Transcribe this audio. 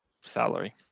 salary